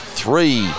three